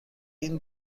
این